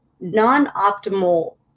non-optimal